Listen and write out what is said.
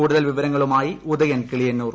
കൂടുതൽ വിവരങ്ങളുമായി ഉദയൻ കിളിയന്നൂർ